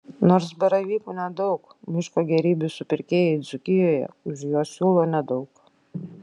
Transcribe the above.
nors baravykų nedaug miško gėrybių supirkėjai dzūkijoje už juos siūlo nedaug